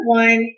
one